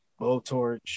blowtorch